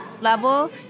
level